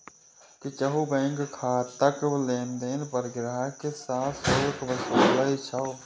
किछु बैंक खाताक लेनदेन पर ग्राहक सं शुल्क वसूलै छै